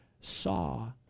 saw